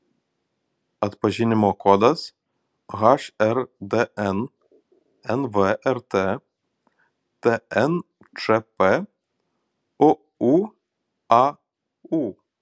atpažinimo kodas hrdn nvrt tnčp uūaū